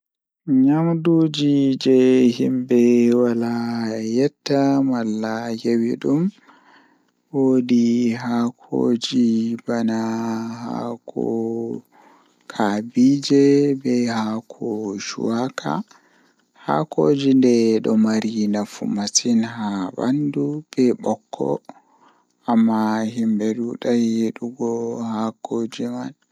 Eh woodi wuro mi mwdi yahugo bedon wiya wuro man rivers bedon wiya dum patakot ndemi yahi babal man weli am masin ngam mi tawi hundeeji duddun jei mi laaran mi laari dum bo weli am masin mi tammai mi laaran bo.